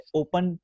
open